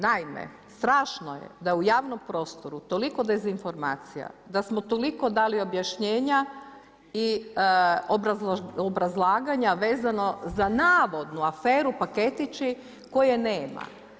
Naime, strašno je da u javnom prostoru, toliko dezinformacija, da smo toliko dali objašnjenja i obrazlaganja, vezano za navodnu aferu, paketići koju nema.